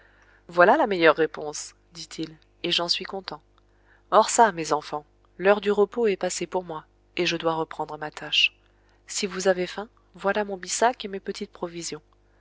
voilà la meilleure réponse dit-il et j'en suis content or çà mes enfants l'heure du repos est passée pour moi et je dois reprendre ma tâche si vous avez faim voilà mon bissac et mes petites provisions